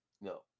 No